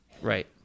Right